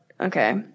okay